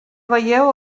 veieu